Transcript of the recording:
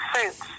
Fruits